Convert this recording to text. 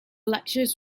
lectures